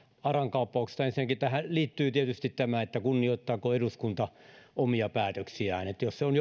aran kaappauksesta ensinnäkin tähän liittyy tietysti tämä kunnioittaako eduskunta omia päätöksiään jos se on